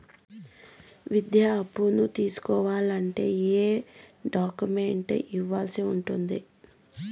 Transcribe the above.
విద్యా అప్పును తీసుకోవాలంటే ఏ ఏ డాక్యుమెంట్లు ఇవ్వాల్సి ఉంటుంది